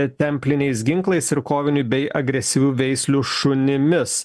templiniais ginklais ir kovinių bei agresyvių veislių šunimis